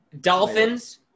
Dolphins